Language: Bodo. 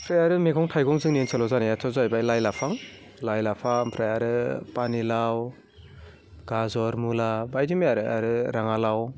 ओमफ्राय आरो मैगं थाइगं जोंनि ओनसोलाव जानायाथ' जाहैबाय लाइ लाफा ओमफ्राय आरो पानिलाउ गाजर मुला बायदि मैया आरो आरो रङालाउ